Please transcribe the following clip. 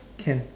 can